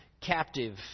captive